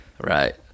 Right